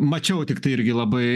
mačiau tiktai irgi labai